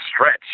stretch